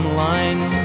line